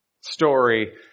story